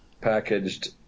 packaged